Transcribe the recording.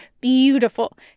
beautiful